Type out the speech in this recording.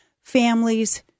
families